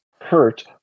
hurt